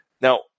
Now